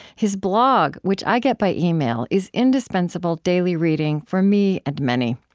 his blog which i get by email is indispensable daily reading for me and many.